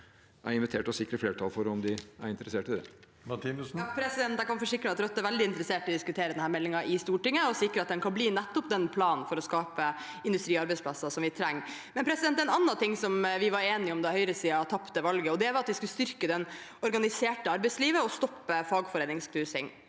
De er invitert til å sikre flertall for det om de er interessert i det. Marie Sneve Martinussen (R) Jeg kan forsikre at Rødt er veldig interessert i å diskutere denne meldingen i Stortinget og sikre at den kan bli nettopp den planen for å skape industriarbeidsplasser som vi trenger. En annen ting som vi var enige om da høyresiden tapte valget, var at vi skulle styrke det organiserte arbeidslivet og stoppe fagforeningsknusing.